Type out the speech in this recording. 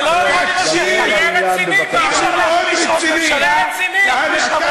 חבר הכנסת פריג' זה לא יכול להימשך ככה.